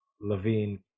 Levine